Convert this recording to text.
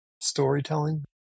storytelling